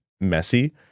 messy